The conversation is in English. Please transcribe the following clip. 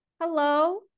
hello